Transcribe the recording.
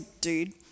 dude